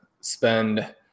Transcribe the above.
spend –